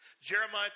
Jeremiah